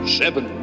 seven